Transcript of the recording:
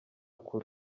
kure